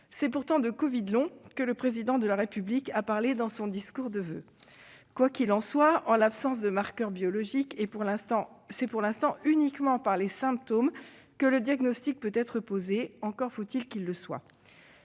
C'est pourtant de « covid long » que le Président de la République a parlé dans son discours de voeux ... Quoi qu'il en soit, en l'absence de marqueur biologique, c'est pour l'instant uniquement par les symptômes que le diagnostic peut être posé- encore faut-il qu'il le soit.